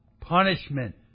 punishment